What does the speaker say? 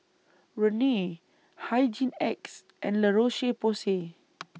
Rene Hygin X and La Roche Porsay